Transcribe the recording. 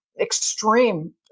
extreme